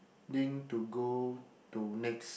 ding to go to next